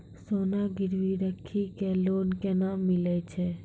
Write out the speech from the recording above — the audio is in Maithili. सोना गिरवी राखी कऽ लोन केना मिलै छै?